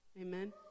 amen